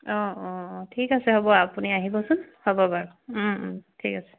অঁ অঁ অঁ ঠিক আছে হ'ব আপুনি আহিবচোন হ'ব বাৰু ঠিক আছে